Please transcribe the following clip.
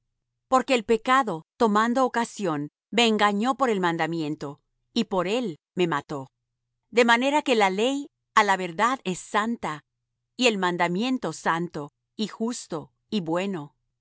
porque el pecado tomando ocasión me engañó por el mandamiento y por él me mató de manera que la ley á la verdad es santa y el mandamiento santo y justo y bueno